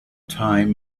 time